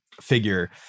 figure